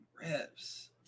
reps